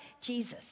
Jesus